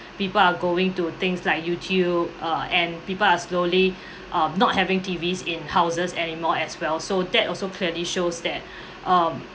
people are going to things like YouTube uh and people are slowly uh not having T_Vs in houses anymore as well so that also clearly shows that um